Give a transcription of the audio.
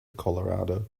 colorado